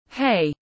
Hey